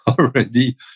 already